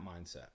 mindset